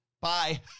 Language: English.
bye